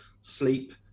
sleep